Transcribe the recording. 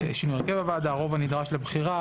הרוב הנדרש לבחירה,